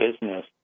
business